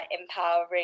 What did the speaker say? empowering